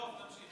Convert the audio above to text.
רבותיי